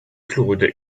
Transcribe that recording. claude